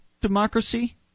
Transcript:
democracy